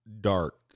dark